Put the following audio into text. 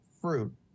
fruit